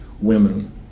Women